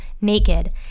naked